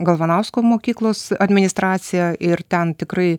galvanausko mokyklos administracija ir ten tikrai